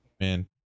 man